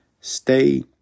stay